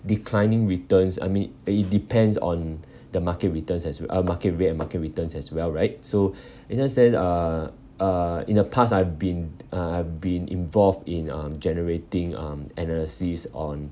declining returns I mean it depends on the market returns as w~ uh market rate and market returns as well right so in turn says uh uh in the past I've been uh I've been involved in um generating um analysis on